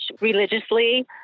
religiously